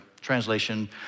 translation